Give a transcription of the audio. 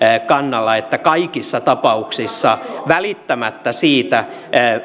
kannalla että kaikissa tapauksissa välittämättä siitä